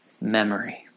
memory